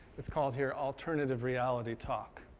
it's called here alternative reality talk.